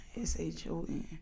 S-H-O-N